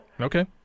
Okay